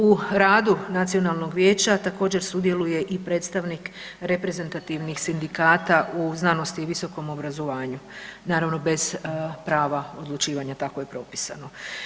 U radu nacionalnog vijeća također sudjeluje i predstavnik reprezentativnih sindikata u znanosti i visokom obrazovanju naravno bez prava odlučivanja, tako je propisano.